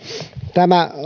tämä